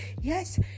yes